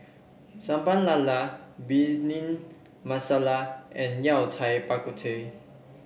Sambal Lala Bhindi Masala and Yao Cai Bak Kut Teh